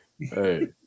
Hey